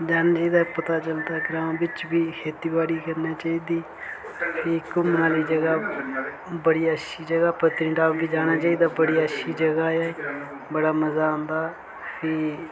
जाना चाहिदा पता चलदा की खेतीबाड़ी करना चाहिदी ते भी घुम्मने आह्ली जगह बड़ी अच्छी जगह जाना चाहिदा ऐ बड़ी अच्छी जगह ऐ बड़ा मज़ा आंदा फ्ही